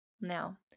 Now